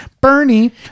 Bernie